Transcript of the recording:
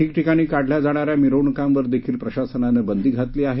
ठिकठिकाणी काढल्या जाणाऱ्या मिरवणुकांवर देखील प्रशासनानं बंदी घातली आहे